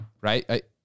Right